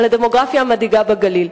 על הדמוגרפיה המדאיגה בגליל.